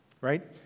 right